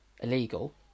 illegal